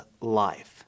life